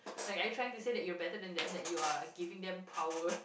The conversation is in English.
like are you trying to say that you are better then them that you are giving them power